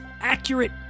accurate